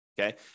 okay